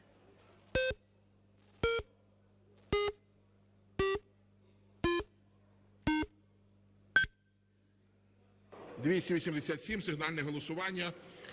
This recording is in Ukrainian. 287 – сигнальне голосування.